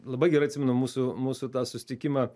labai gerai atsimenu mūsų mūsų tą susitikimą